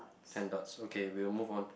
ten dots okay we will move on